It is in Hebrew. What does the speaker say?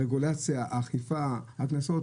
הרגולציה, האכיפה, הקנסות.